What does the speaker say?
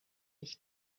ich